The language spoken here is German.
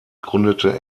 gründete